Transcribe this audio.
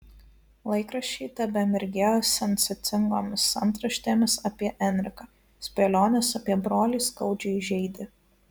laikraščiai tebemirgėjo sensacingomis antraštėmis apie enriką spėlionės apie brolį skaudžiai žeidė